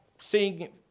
seeing